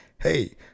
hey